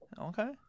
Okay